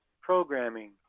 programming